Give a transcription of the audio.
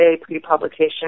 pre-publication